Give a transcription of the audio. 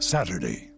Saturday